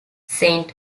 saint